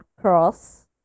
cross